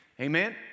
Amen